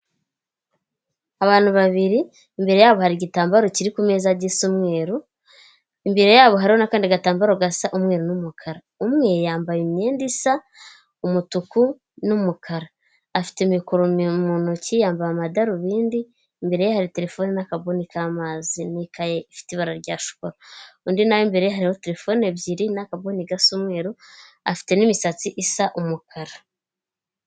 Abantu babiri, imbere yabo hari igitambaro kiri ku meza gisa umweru, imbere yabo hari n'akandi gatambaro gasa umweru n'umukara, umwe yambaye imyenda isa umutuku n'umukara, afite mikoro mu ntoki, yambaye amadarubindi, imbere ye hari terefone n'akabuni k'amazi n'ikaye ifite ibara rya shokora, undi nawe imbere hariho terefone ebyiri n'akabuni gasa umweru, afite n'imisatsi isa umukara.